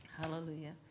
Hallelujah